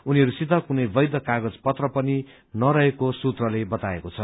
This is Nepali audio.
उनीहरूसित कुनै वैध कागज पत्र पनि नरहेको सूत्रले बताएको छ